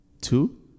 two